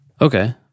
Okay